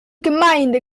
gemeinde